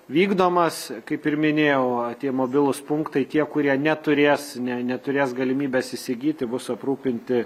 vykdomas kaip ir minėjau tie mobilūs punktai tie kurie neturės ne neturės galimybės įsigyti bus aprūpinti